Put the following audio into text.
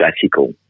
classical